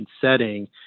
setting